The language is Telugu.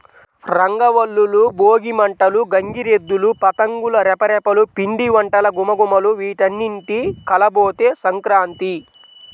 రంగవల్లులు, భోగి మంటలు, గంగిరెద్దులు, పతంగుల రెపరెపలు, పిండివంటల ఘుమఘుమలు వీటన్నింటి కలబోతే సంక్రాంతి